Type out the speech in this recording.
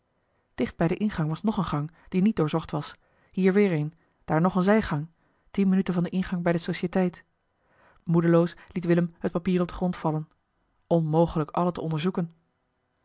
dicht bij den ingang was nog eene gang die niet doorzocht was hier weer een daar nog eene zijgang tien minuten van den ingang bij de societeit moedeloos liet willem het papier op den grond vallen onmogelijk alle te onderzoeken